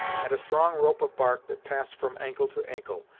and a strong rope of bark that passed from ankle to ankle,